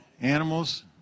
animals